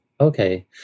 Okay